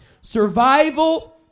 Survival